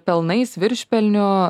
pelnais viršpelniu